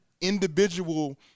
individual